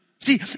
See